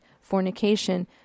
fornication